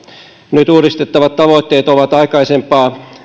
nyt uudistettavat tavoitteet ovat aikaisempaa